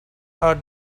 are